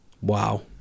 Wow